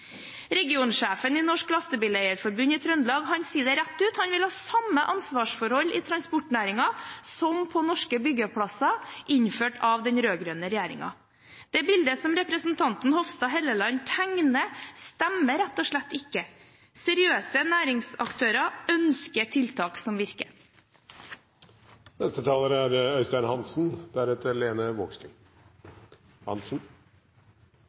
Regionsjefen i Norges Lastebileier-Forbund i Trøndelag sier rett ut at han vil ha samme ansvarsforhold i transportnæringen som på norske byggeplasser, innført av den rød-grønne regjeringen. Det bildet som representanten Hofstad Helleland tegner, stemmer rett og slett ikke. Seriøse næringsaktører ønsker tiltak som virker. I likhet med representanten Eidsvoll Holmås er